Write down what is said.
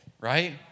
right